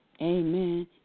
amen